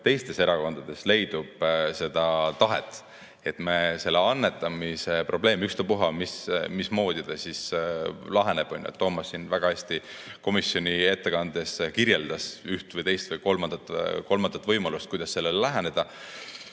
teistes erakondades leidub seda tahet, et me selle annetamise probleemi [lahendame]. Ükstapuha, mismoodi ta siis laheneb. Toomas siin väga hästi komisjoni ettekandes kirjeldas üht, teist või kolmandat võimalust, kuidas sellele läheneda.